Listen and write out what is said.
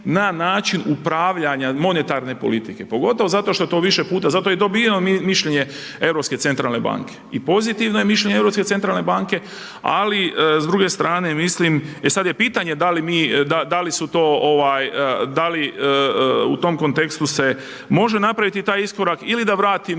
na način upravljanja monetarne politike. Pogotovo zato što to više puta, zato i dobivamo mišljenje Europske centralne banke i pozitivno je mišljenje Europske centralne banke, ali s druge strane, mislim, e sad je pitanje da li mi, da li su to, u tom kontekstu se može napraviti taj iskorak ili da vratimo